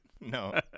No